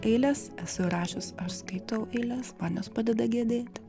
eiles esu rašius aš skaitau eiles man jos padeda gedėti